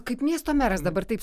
kaip miesto meras dabar taip